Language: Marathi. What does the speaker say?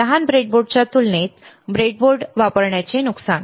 लहान ब्रेडबोर्डच्या तुलनेत ब्रेडबोर्ड वापरण्याचे नुकसान